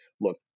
Look